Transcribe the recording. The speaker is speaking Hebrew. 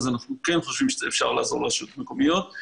אז אנחנו כן חושבים שאפשר לעזור לרשויות מקומיות.